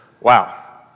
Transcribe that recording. wow